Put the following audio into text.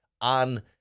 on